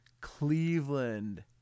Cleveland